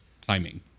timing